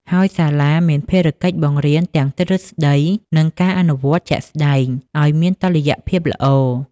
ហើយសាលាមានភារកិច្ចបង្រៀនទាំង ទ្រឹស្ដី និង ការអនុវត្តន៍ជាក់ស្ដែង ឱ្យមានតុល្យភាពល្អ។